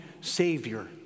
savior